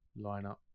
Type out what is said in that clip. lineup